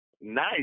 nice